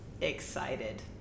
excited